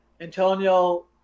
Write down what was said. Antonio